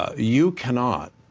ah you cannot,